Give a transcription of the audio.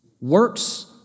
works